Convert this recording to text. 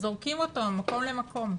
שזורקים אותו ממקום למקום.